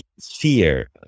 fear